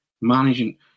managing